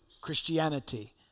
Christianity